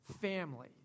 family